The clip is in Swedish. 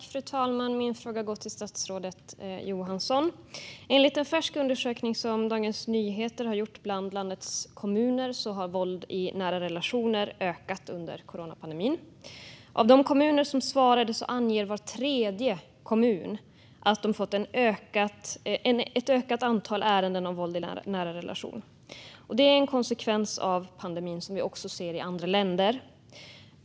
Fru talman! Min fråga går till statsrådet Johansson. Enligt en färsk undersökning som Dagens Nyheter har gjort bland landets kommuner har våld i nära relationer ökat under coronapandemin. Av de kommuner som svarade anger var tredje att de har fått ett ökat antal ärenden om våld i nära relation. Det är en konsekvens av pandemin som vi också ser i andra länder.